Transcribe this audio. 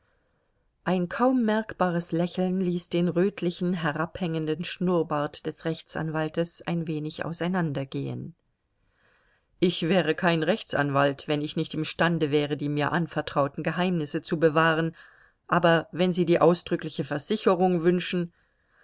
ein kaum merkbares lächeln ließ den rötlichen herabhängenden schnurrbart des rechtsanwaltes ein wenig auseinandergehen ich wäre kein rechtsanwalt wenn ich nicht imstande wäre die mir anvertrauten geheimnisse zu bewahren aber wenn sie die ausdrückliche versicherung wünschen